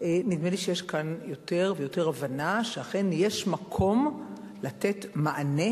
נדמה לי שיש כאן יותר ויותר הבנה שאכן יש מקום לתת מענה